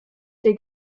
der